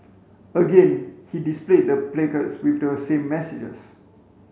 again he displayed the placards with the same messages